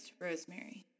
Rosemary